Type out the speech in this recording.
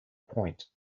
point